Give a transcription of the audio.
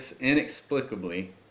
inexplicably